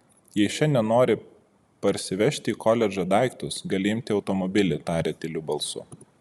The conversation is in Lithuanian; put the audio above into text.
jei šiandien nori parsivežti į koledžą daiktus gali imti automobilį tarė tyliu balsu